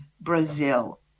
Brazil